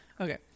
Okay